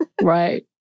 Right